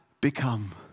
become